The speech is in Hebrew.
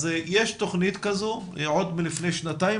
יש תוכנית כזאת כבר מלפני שנתיים,